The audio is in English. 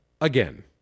Again